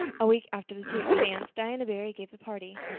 a week after the tea at the manse diana barry gave a party.